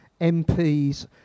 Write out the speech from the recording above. MPs